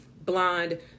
blonde